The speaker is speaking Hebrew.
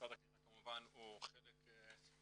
שמשרד הקליטה כמובן הוא חלק ממנו,